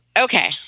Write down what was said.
okay